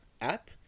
app